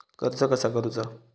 कर्ज कसा करूचा?